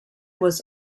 was